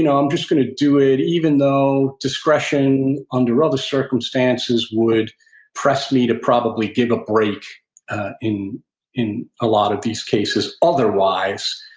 and i'm just going to do it, even though discretion other other circumstances would press me to probably give a break in in a lot of these cases otherwise,